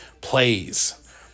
Plays